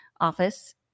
office